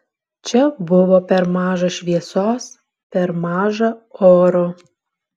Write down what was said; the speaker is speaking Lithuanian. čia buvo per maža šviesos per maža oro